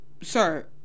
sir